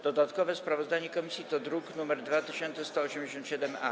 Dodatkowe sprawozdanie komisji to druk nr 2187-A.